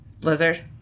blizzard